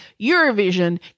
eurovision